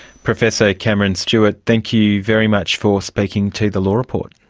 professor cameron stewart thank you very much for speaking to the law report.